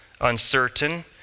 uncertain